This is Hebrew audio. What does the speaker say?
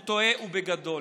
הוא טועה ובגדול.